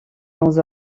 dans